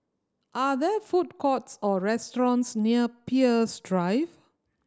are there food courts or restaurants near Peirce Drive